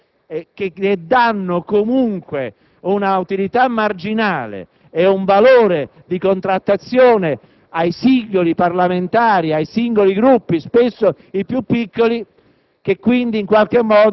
trattativa che danno comunque un'utilità marginale e un valore di contrattazione ai singoli parlamentari e ai singoli Gruppi (spesso i più piccoli)